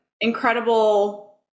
incredible